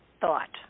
thought